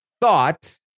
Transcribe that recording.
thought